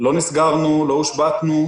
לא נסגרנו, לא הושבתנו,